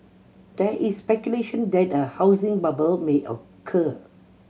there is speculation that a housing bubble may occur